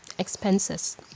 expenses